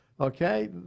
Okay